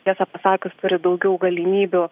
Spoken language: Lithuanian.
tiesą pasakius turi daugiau galimybių